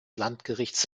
landgerichts